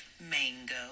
mango